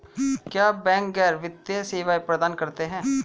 क्या बैंक गैर वित्तीय सेवाएं प्रदान करते हैं?